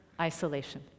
isolation